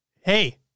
Hey